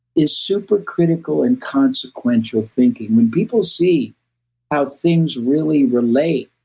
is super critical in consequential thinking. when people see how things really relate,